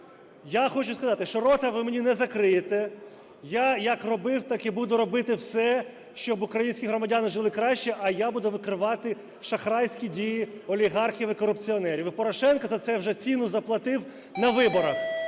Я хочу сказати, що рота ви мені не закриєте. Я як робив, так і буду робити все, щоб українські громадяни жили краще, а я буду викривати шахрайські дії олігархів і корупціонерів. І Порошенко за це вже ціну заплатив на виборах.